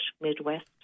Midwest